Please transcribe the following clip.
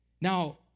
Now